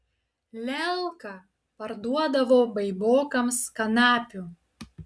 lelka parduodavo baibokams kanapių